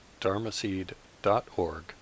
dharmaseed.org